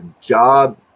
job